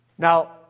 Now